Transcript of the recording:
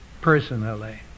personally